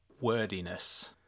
wordiness